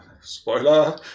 spoiler